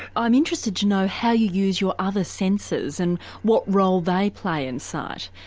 i'm interested to know how you use your other senses and what role they play in sight.